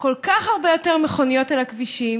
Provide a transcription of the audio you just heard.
כל כך הרבה יותר מכוניות על הכבישים.